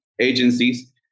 agencies